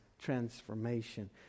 transformation